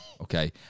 okay